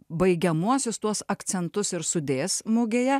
baigiamuosius tuos akcentus ir sudės mugėje